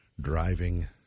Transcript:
driving